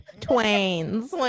twains